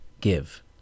give